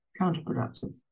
Counterproductive